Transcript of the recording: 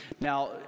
Now